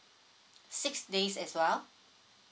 six days as well